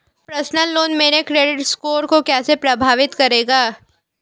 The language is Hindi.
पर्सनल लोन मेरे क्रेडिट स्कोर को कैसे प्रभावित करेगा?